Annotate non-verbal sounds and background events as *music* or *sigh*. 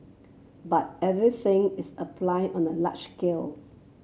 but everything is applied on a large *unintelligible*